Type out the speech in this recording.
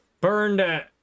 burned